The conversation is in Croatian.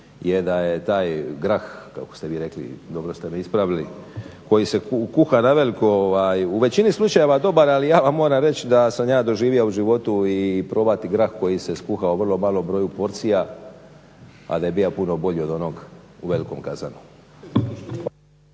je da je taj grah kako ste vi rekli dobro ste me ispravili koji se kuha na veliko u većini slučajeva dobar ali ja vam moram reći da sam ja doživio u životu i probati grah koji se skuhao vrlo malom broju porcija a da je bio puno bolji od onog u velikom kazanu.